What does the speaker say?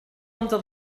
under